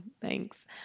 thanks